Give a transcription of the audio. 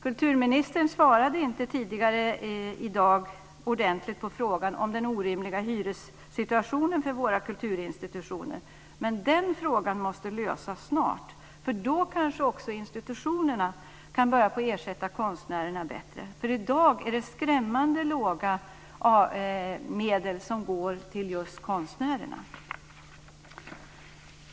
Kulturministern svarade tidigare i dag inte ordentligt på frågan om den orimliga hyressituationen för våra kulturinstitutioner. Men den frågan måste lösas snart. Då kanske också institutionerna kan börja ersätta konstnärerna bättre. I dag är det skrämmande små medel som går till just konstnärerna.